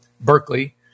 Berkeley